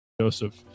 Joseph